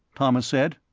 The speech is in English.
thomas said.